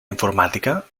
informàtica